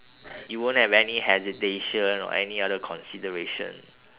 you won't have any hesitation or any other consideration